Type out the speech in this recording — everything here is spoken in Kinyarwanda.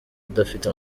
udafite